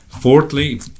Fourthly